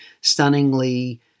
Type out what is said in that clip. stunningly